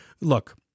Look